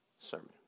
sermon